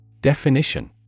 Definition